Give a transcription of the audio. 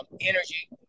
Energy